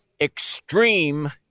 extreme